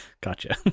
gotcha